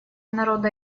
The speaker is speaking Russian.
народа